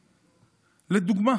לדוגמה,